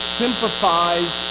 sympathize